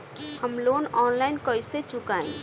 हम loan online कइसे चुकाई?